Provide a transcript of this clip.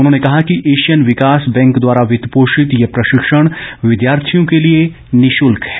उन्होंने कहा कि एशियन विकास बैंक द्वारा वित्त पोषित ये प्रशिक्षण विद्यार्थियों के लिए निशुल्क है